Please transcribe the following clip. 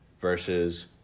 versus